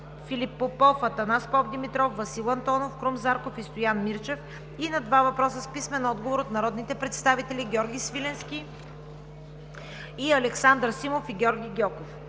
Филип Попов, Анастас Попдимитров, Васил Антонов, Крум Зарков и Стоян Мирчев; и на два въпроса с писмен отговор от народните представители Георги Свиленски; и Александър Симов и Георги Гьоков;